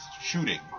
shooting